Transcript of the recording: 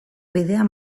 bidea